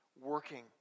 working